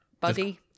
buddy